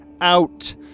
out